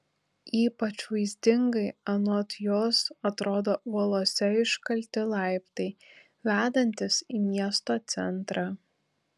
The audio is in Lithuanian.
ypač vaizdingai anot jos atrodo uolose iškalti laiptai vedantys į miesto centrą